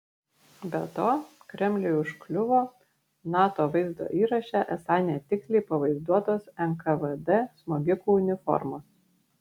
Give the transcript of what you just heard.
be to kremliui užkliuvo nato vaizdo įraše esą netiksliai pavaizduotos nkvd smogikų uniformos